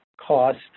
cost